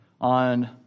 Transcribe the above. on